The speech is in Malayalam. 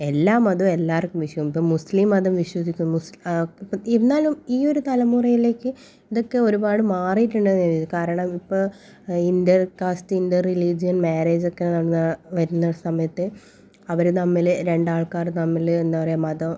എല്ലാ മതവും എല്ലാവർക്കും വിശ്വസിക്കാം ഇപ്പം മുസ്ലിം മതം വിശ്വസിക്കും മുസ് ഇപ്പം എന്നാലും ഈ ഒരു തലമുറയിലേക്ക് ഇതൊക്കെ ഒരുപാട് മാറീട്ടുണ്ടെന്ന് കാരണം ഇപ്പം ഇൻ്റർകാസ്റ്റ് ഇൻ്റർറിലീജിയൻ മാരേജൊക്കെ നടന്നു വരുന്ന ഒരു സമയത്ത് അവർ തമ്മിൽ രണ്ടാൾക്കാർ തമ്മിൽ എന്താ പറയാ മതം